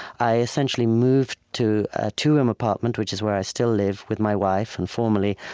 i essentially moved to a two-room apartment, which is where i still live with my wife and, formerly,